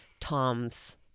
Tom's